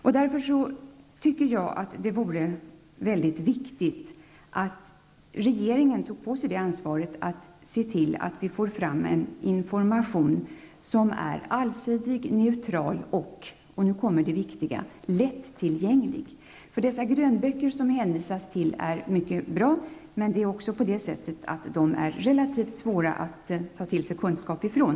Jag tycker därför att det vore viktigt att regeringen tog på sig ansvar för att se till att vi får fram en information som är allsidig, neutral och -- nu kommer det viktiga -- lättillgänglig. Dessa grönböcker som det hänvisas till är mycket bra, men de är också relativt svåra att ta till sig kunskap från.